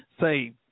say